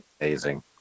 amazing